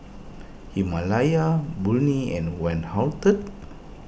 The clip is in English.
Himalaya Burnie and Van Houten